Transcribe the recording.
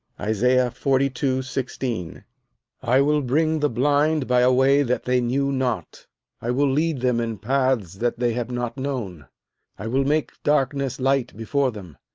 isaiah forty two sixteen i will bring the blind by a way that they knew not i will lead them in paths that they have not known i will make darkness light before them,